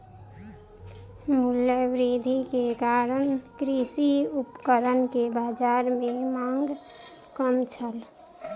मूल्य वृद्धि के कारण कृषि उपकरण के बाजार में मांग कम छल